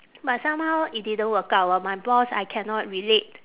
but somehow it didn't work out my boss I cannot relate